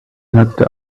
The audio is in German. nackte